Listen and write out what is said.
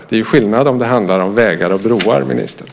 Det är skillnad om det handlar om vägar och broar, ministern!